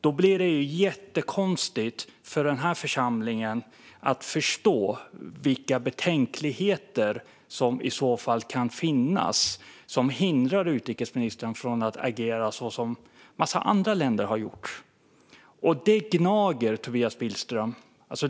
Då blir det jätteknepigt för denna församling att förstå vilka betänkligheter som kan finnas som hindrar utrikesministern från att agera så som en massa andra länder har gjort. Detta gnager, Tobias Billström.